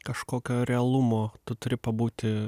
kažkokio realumo tu turi pabūti